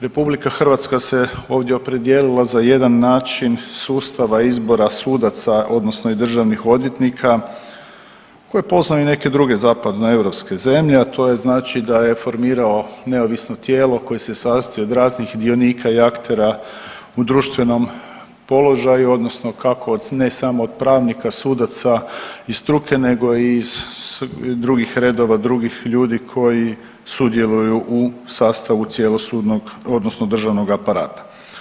RH se ovdje opredijelila za jedan način sustava izbora sudaca odnosno i državnih odvjetnika koje poznaju i neke druge zapadno europske zemlje, a to je znači da je formirao neovisno tijelo koje se sastoji od raznih dionika i aktera u društvenom položaju odnosno kako ne samo od pravnika, sudaca i struke nego i iz drugih redova, drugih ljudi koji sudjeluju u sastavu cjelosudnog odnosno državnog aparata.